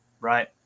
Right